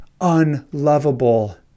unlovable